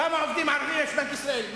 כמה עובדים ערבים יש בבנק ישראל?